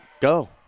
go